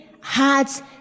hearts